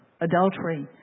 adultery